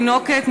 התינוקת,